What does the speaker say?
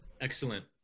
Excellent